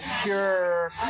pure